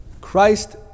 Christ